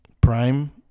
prime